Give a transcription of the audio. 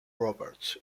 roberts